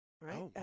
right